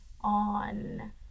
on